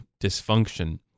dysfunction